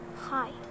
Hi